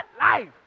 life